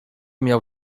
miał